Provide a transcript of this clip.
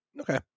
Okay